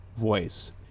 voice